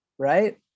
Right